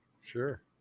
Sure